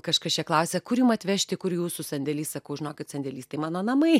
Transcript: kažkas čia klausė kur jum atvežti kur jūsų sandėlys sakau žinokit sandėlys tai mano namai